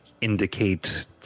indicate